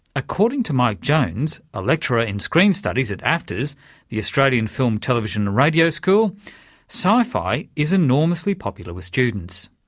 according to mike jones, a lecturer in screen studies at aftrs the australian film television and radio school sci-fi is enormously popular with students.